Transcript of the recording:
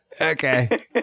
Okay